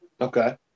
okay